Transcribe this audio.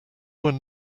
one